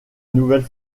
nouvelle